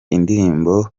indirimbo